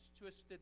twisted